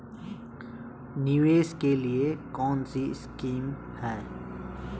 निवेश के लिए कौन कौनसी स्कीम हैं?